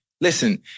Listen